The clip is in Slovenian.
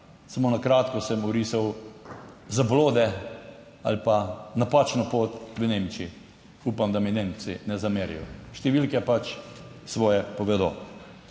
Samo na kratko sem orisal zablode ali pa napačno pot v Nemčiji. Upam, da mi Nemci ne zamerijo, številke pač svoje povedo.